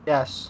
Yes